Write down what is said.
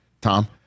Tom